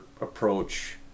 approach